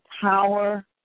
power